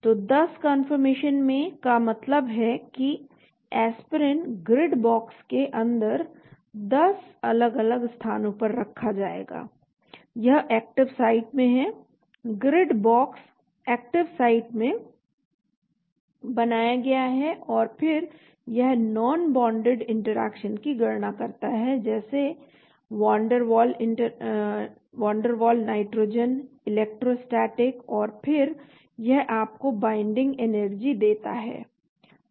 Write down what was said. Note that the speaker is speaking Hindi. तो 10 कंफर्मेशन में का मतलब है कि एस्पिरिन ग्रिड बॉक्स के अंदर 10 अलग अलग स्थानों पर रखा जाएगा यह एक्टिव साइट में है ग्रिड बॉक्स एक्टिव साइट में बनाया गया है और फिर यह नान बान्डड इन्टरैक्शन की गणना करता है जैसे van der Waals nitrogen electrostatic और फिर यह आपको बाइन्डिंग एनर्जी देता है